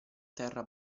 terra